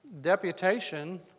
Deputation